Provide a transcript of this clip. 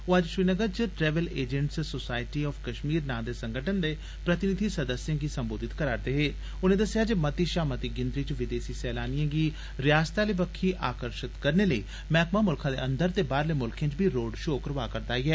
ओ अज्ज श्रीनगर च travel agents society of Kashmir नां दे संगठन दे प्रतिनिधि सदस्यें गी सम्बोधित करै करदे हे उनें दस्सेआ जे मती शा मती गिनतरी च विदेसी सैलानिए गी रयासतै आह्ली बक्खी आकर्षित करने लेई मैहकमा मुल्खै दे अंदर ते बाहरले मुल्खें च बी रोड शो करोआ करदा ऐ